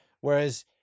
Whereas